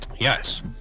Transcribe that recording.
Yes